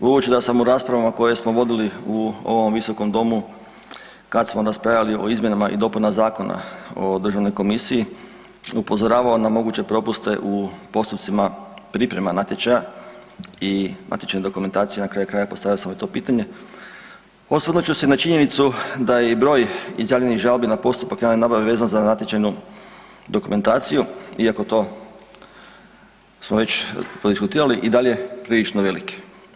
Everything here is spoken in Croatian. Budući da sam u raspravama koje smo vodili u ovom visokom domu kad smo raspravljali o izmjenama i dopunama zakona o državnoj komisiji upozoravao na moguće propuste u postupcima priprema natječaja i natječajne dokumentacije i na kraju krajeva postavio sam i to pitanje, osvrnut ću se i na činjenicu da je i broj izjavljenih žalbi na postupak javne nabave vezan za natječajnu dokumentaciju iako to smo već prodiskutirali i dalje prilično veliki.